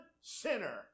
sinner